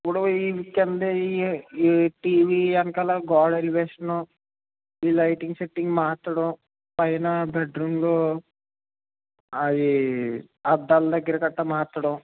ఇప్పుడు ఇవి కింద ఇవి టీవీ వెనకాల గోడ ఎలివేషన్ ఈ లైటింగ్ సెట్టింగ్ మార్చడం పైన బెడ్రూం లో అవి అద్దాలు దగ్గరగట్ట మార్చడం